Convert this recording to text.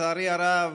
לצערי הרב,